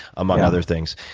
among other things.